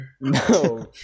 No